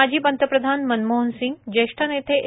माजी पंतप्रधान मनमोहसिंग ज्येष्ठ नेते ए